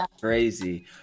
crazy